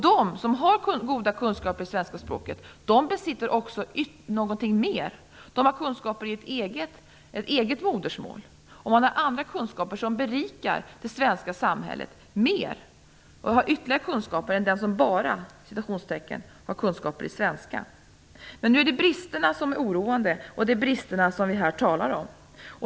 De som har goda kunskaper i svenska språket besitter också någonting mer: De har kunskaper i ett eget modersmål, och de har andra kunskaper som berikar det svenska samhället; de har andra kunskaper än den som "bara" har kunskaper i svenska. Men det är bristerna som är oroande, och det är bristerna som vi här talar om.